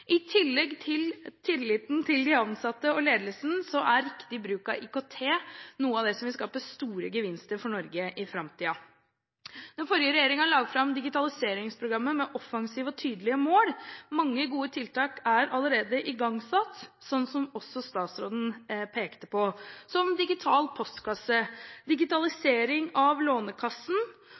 I tillegg til tilliten til de ansatte og ledelsen er riktig bruk av IKT noe av det som vil skape store gevinster for Norge i framtiden. Den forrige regjeringen la fram digitaliseringsprogrammet med offensive og tydelige mål. Mange gode tiltak er allerede igangsatt, slik også statsråden pekte på, som digital postkasse og digitalisering av Lånekassen,